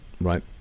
Right